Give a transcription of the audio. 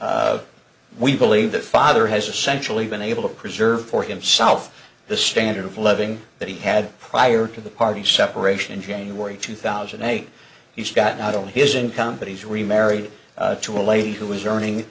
brief we believe that father has essentially been able to preserve for himself the standard of living that he had prior to the party separation in january two thousand and eight he's got not only his income but he's remarried to a lady who was earning